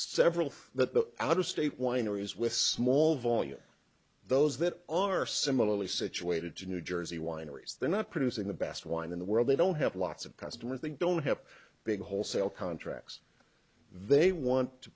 several that the out of state wineries with small volume those that are similarly situated to new jersey wineries they're not producing the best wine in the world they don't have lots of customers they don't have big wholesale contracts they want to